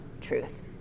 truth